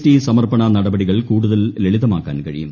T സമർപ്പണ നടപടികൾ കൂടുതൽ ലളിതമാക്കാൻ കഴിയും